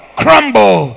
crumble